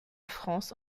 france